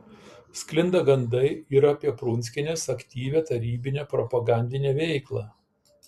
sklinda gandai ir apie prunskienės aktyvią tarybinę propagandinę veiklą